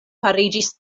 fariĝis